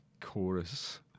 chorus